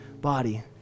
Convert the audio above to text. body